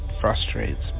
frustrates